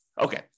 Okay